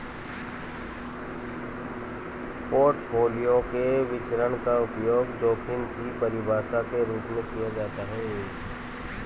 portfolio के विचरण का उपयोग जोखिम की परिभाषा के रूप में किया जाता है